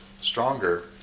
stronger